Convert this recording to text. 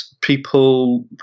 people